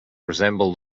resemble